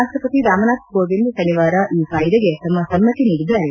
ರಾಷ್ಟಪತಿ ರಾಮನಾಥ್ ಕೋವಿಂದ್ ಶನಿವಾರ ಈ ಕಾಯದೆಗೆ ತಮ್ನ ಸಮ್ನತಿ ನೀಡಿದ್ದಾರೆ